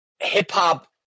hip-hop